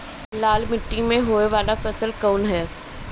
लाल मीट्टी में होए वाला फसल कउन ह?